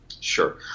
Sure